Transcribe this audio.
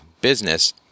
business